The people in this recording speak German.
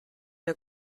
der